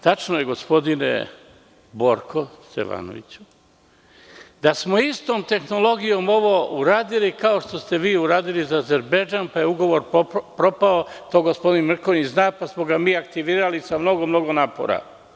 Tačno je, gospodine Borko Stefanoviću, da smo istom tehnologijom ovo uradili kao što ste vi uradili za Azerbejdžan, pa je ugovor propao, to gospodin Mrkonjić zna, pa smo ga mi aktivirali sa mnogo napora.